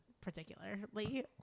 particularly